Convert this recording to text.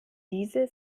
diese